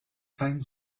time